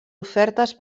ofertes